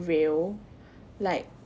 real like